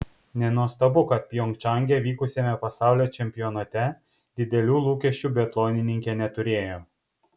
nenuostabu kad pjongčange vykusiame pasaulio čempionate didelių lūkesčių biatlonininkė neturėjo